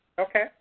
Okay